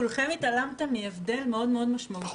כולכם התעלמתם מהבדל מאוד מאוד משמעותי -- נכון.